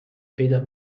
fehler